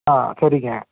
ஆ சரிங்க